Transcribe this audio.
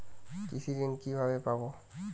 কৃষি ঋন কিভাবে পাব?